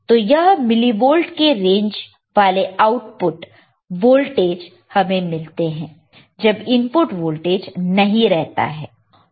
तो यह मिलीवोल्ट के रेंज वाले आउटपुट वोल्टेज हमें मिलता है जब इनपुट वोल्टेज नहीं रहता है